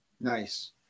Nice